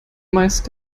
meist